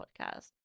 podcast